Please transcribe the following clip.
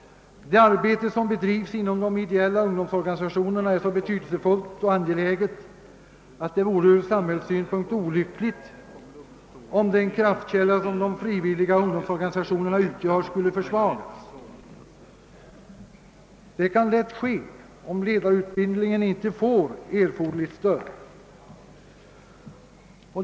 Det arbete som bedrivs inom de ideella ungdomsorganisationerna är nämligen så betydelsefullt och angeläget, att det ur samhällssynpunkt vore olyckligt om den kraftkälla som de frivilliga ungdomsorganisationerna utgör skulle försvagas. Detta kan lätt inträffa, om ledarutbildningen inte erhåller erforderligt stöd.